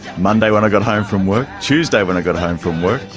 monday when i got home from work, tuesday when i got home from work,